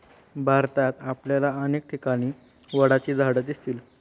भारतात आपल्याला अनेक ठिकाणी वडाची झाडं दिसतील